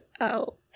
out